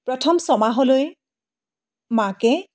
প্ৰথম ছমাহলৈ মাকে